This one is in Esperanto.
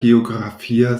geografia